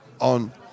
on